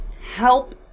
help